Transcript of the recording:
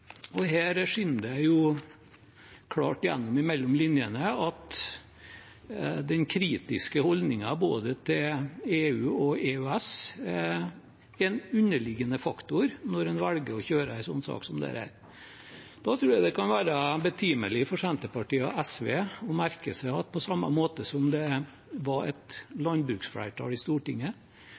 Her skinner det klart gjennom mellom linjene at den kritiske holdningen til både EU og EØS er en underliggende faktor når en velger å kjøre en sak som denne. Da tror jeg det kan være betimelig for Senterpartiet og SV å merke seg at på samme måte som det var et landbruksflertall i Stortinget,